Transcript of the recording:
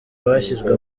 bashyizwe